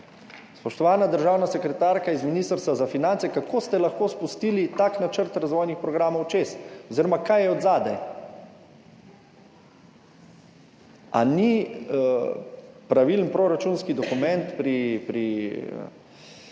Spoštovana državna sekretarka z Ministrstva za finance, kako ste lahko spustili tak načrt razvojnih programov čez oziroma kaj je zadaj? Ali ni pravilen proračunski dokument pri